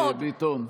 חברת הכנסת ביטון.